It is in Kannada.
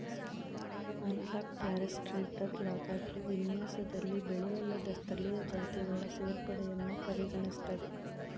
ಅನಲಾಗ್ ಫಾರೆಸ್ಟ್ರಿ ಯಾವಾಗ್ಲೂ ವಿನ್ಯಾಸದಲ್ಲಿ ಬೆಳೆಅಲ್ಲದ ಸ್ಥಳೀಯ ಜಾತಿಗಳ ಸೇರ್ಪಡೆಯನ್ನು ಪರಿಗಣಿಸ್ತದೆ